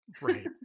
Right